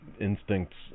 instincts